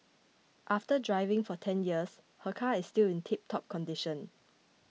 after driving for ten years her car is still in tiptop condition